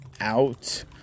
out